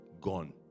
gone